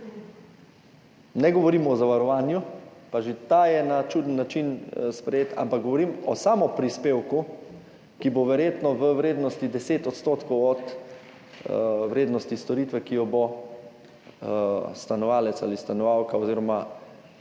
Ne govorim o zavarovanju, pa že to je na čuden način sprejeto, ampak govorim o samoprispevku, ki bo verjetno v vrednosti 10 % od vrednosti storitve, ki jo bo stanovalec ali stanovalka oziroma